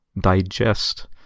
digest